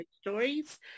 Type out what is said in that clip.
stories